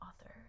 Author